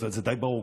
זה די ברור,